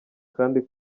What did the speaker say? kandi